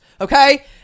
Okay